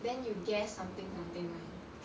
then you guess something something [one]